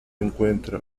encuentra